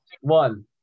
One